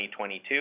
2022